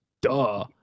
duh